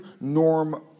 norm